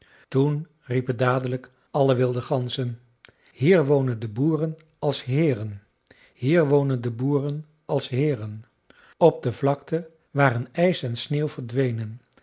toen riepen dadelijk alle wilde ganzen hier wonen de boeren als heeren hier wonen de boeren als heeren op de vlakte waren ijs en sneeuw verdwenen